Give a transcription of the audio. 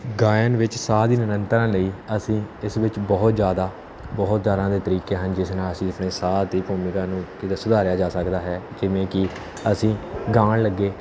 ਗਾਉਣ ਵਿੱਚ ਸਾਹ ਦੀ ਨਿਰੰਤਰਤਾ ਲਈ ਅਸੀਂ ਇਸ ਵਿੱਚ ਬਹੁਤ ਜ਼ਿਆਦਾ ਬਹੁਤ ਤਰ੍ਹਾਂ ਦੇ ਤਰੀਕੇ ਹਨ ਜਿਸ ਨਾਲ ਅਸੀਂ ਆਪਣੇ ਸਾਹ ਦੀ ਭੂਮਿਕਾ ਨੂੰ ਕਿੱਦਾਂ ਸੁਧਾਰਿਆ ਜਾ ਸਕਦਾ ਹੈ ਜਿਵੇਂ ਕਿ ਅਸੀਂ ਗਾਉਣ ਲੱਗੇ